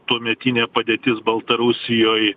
tuometinė padėtis baltarusijoj